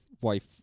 wife